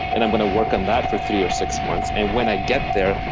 and i'm going to work on that for three or six months. and when i get there,